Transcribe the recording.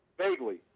Vaguely